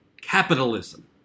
capitalism